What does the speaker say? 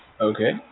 Okay